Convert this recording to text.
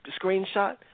screenshot